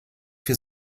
für